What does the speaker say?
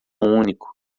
único